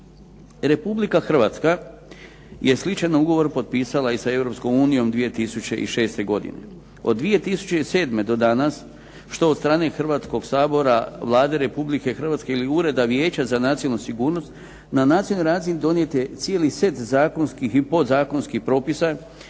Republika Hrvatska je sličan ugovor potpisala i sa Europskom unijom 2006. godine. Od 2007. do danas što od strane Hrvatskog sabora, Vlade Republike Hrvatske ili Vijeća za nacionalnu sigurnost, na nacionalnoj razini donijet je cijeli set zakonskih i podzakonskih propisa